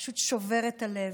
זה פשוט שובר את הלב.